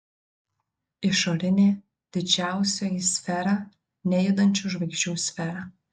išorinė didžiausioji sfera nejudančių žvaigždžių sfera